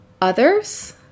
Others